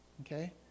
okay